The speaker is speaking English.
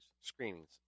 screenings